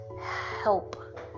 help